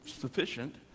sufficient